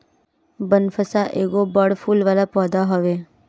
बनफशा एगो बड़ फूल वाला पौधा हवे